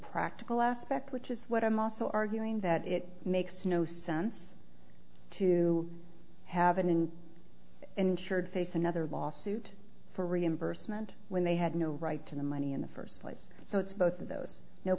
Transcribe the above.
practical aspect which is what i'm also arguing that it makes no sense to have an insured face another lawsuit for reimbursement when they had no right to the money in the first place so it's both of those no